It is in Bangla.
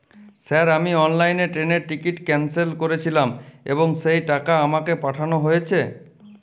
স্যার আমি অনলাইনে ট্রেনের টিকিট ক্যানসেল করেছিলাম এবং সেই টাকা আমাকে পাঠানো হয়েছে?